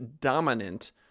dominant